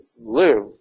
live